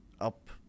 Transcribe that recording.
up